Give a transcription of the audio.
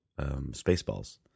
Spaceballs